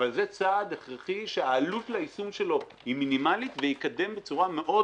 אבל זה צעד הכרחי שהעלות ליישום שלו היא מינימלית והוא יקדם בצורה מאוד